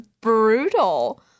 brutal